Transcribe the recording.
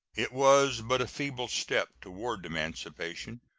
it was but a feeble step toward emancipation,